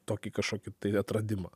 tokį kažkokį atradimą